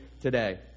today